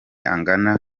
angana